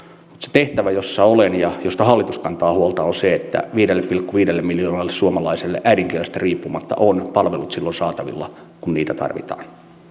tehtävä jossa olen ja josta hallitus kantaa huolta on se että viidelle pilkku viidelle miljoonalle suomalaiselle äidinkielestä riippumatta on palvelut silloin saatavilla kun niitä tarvitaan